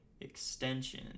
extension